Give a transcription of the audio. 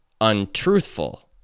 untruthful